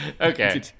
Okay